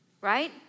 right